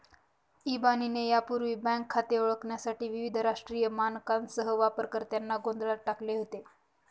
इबानीने यापूर्वी बँक खाते ओळखण्यासाठी विविध राष्ट्रीय मानकांसह वापरकर्त्यांना गोंधळात टाकले होते